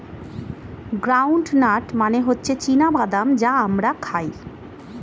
ground nut মানে হচ্ছে চীনা বাদাম যা আমরা খাই